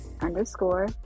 underscore